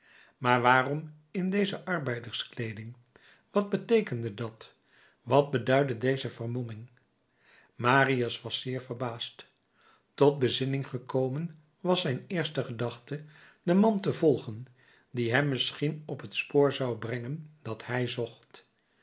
maar waarom in deze arbeiderskleeding wat beteekende dat wat beduidde deze vermomming marius was zeer verbaasd tot bezinning gekomen was zijn eerste gedachte den man te volgen die hem misschien op het spoor zou brengen dat hij zocht